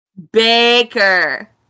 Baker